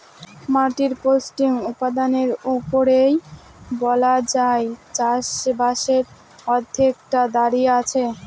মাটির পৌষ্টিক উপাদানের উপরেই বলা যায় চাষবাসের অর্ধেকটা দাঁড়িয়ে আছে